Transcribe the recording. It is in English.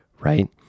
right